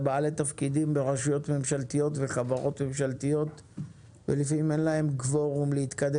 כי יש מלא פעמים בממשלה שאין נציג